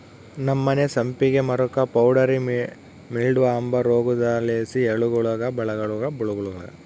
ನಮ್ಮನೆ ಸಂಪಿಗೆ ಮರುಕ್ಕ ಪೌಡರಿ ಮಿಲ್ಡ್ವ ಅಂಬ ರೋಗುದ್ಲಾಸಿ ಎಲೆಗುಳಾಗ ಬಿಳೇ ಬಣ್ಣುದ್ ತೇಪೆ ಆಗಿ ಹೂವಿನ್ ಮೇಲೆ ಸುತ ಹರಡಿಕಂಡಿತ್ತು